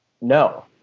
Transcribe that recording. no